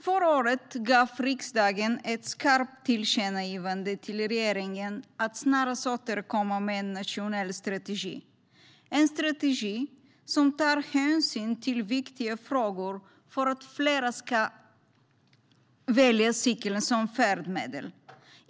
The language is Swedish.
Förra året gav riksdagen ett skarpt tillkännagivande till regeringen att snarast återkomma med en nationell strategi som tar hänsyn till viktiga frågor för att få fler att välja cykeln som färdmedel.